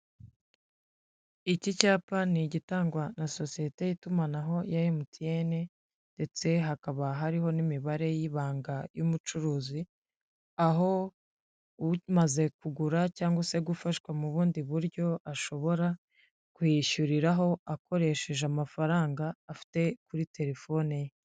Iki cyapa ni igitangwa na sosiyete y'itumanaho ya MTN ndetse hakaba hariho n'imibare y'ibanga y'umucuruzi, aho umaze kugura cyangwa se gufashwa mu bundi buryo, ashobora kuyishyuriraho akoresheje amafaranga afite kuri telefone ye.